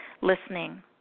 listening